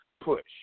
push